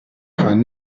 jan